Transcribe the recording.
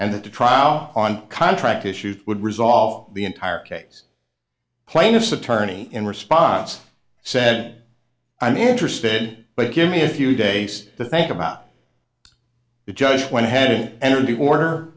and that the trial on contract issues would resolve the entire case plaintiff's attorney in response said i'm interested but give me a few days to think about it just went ahead and enter